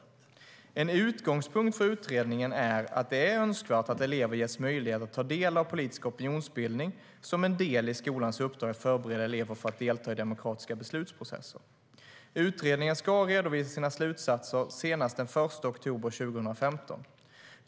En utgångspunkt för utredningen är att det är önskvärt att elever ges möjlighet att ta del av politisk opinionsbildning som en del i skolans uppdrag för att förbereda elever för att delta i demokratiska beslutsprocesser. Utredningen ska redovisa sina slutsatser senast den 1 oktober 2015.